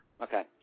Okay